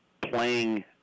playing